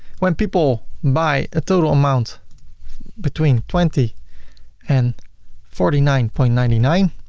when people buy a total amount between twenty and forty nine point nine nine,